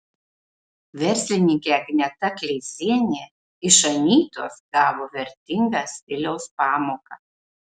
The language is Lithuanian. verslininkė agneta kleizienė iš anytos gavo vertingą stiliaus pamoką